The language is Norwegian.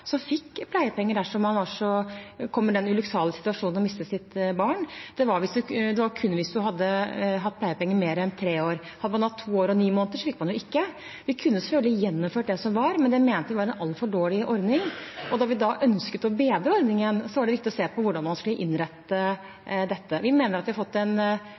som fikk pleiepenger dersom man kom i den ulykksalige situasjonen å miste sitt barn, det gjaldt kun hvis man hadde hatt pleiepenger i mer enn tre år. Hadde man hatt det i to år og ni måneder, fikk man ikke. Vi kunne selvfølgelig ha gjeninnført det som var, men det mente vi var en altfor dårlig ordning. Og når vi da ønsket å bedre ordningen, var det viktig å se på hvordan man skulle innrette dette. Vi mener at vi vil få en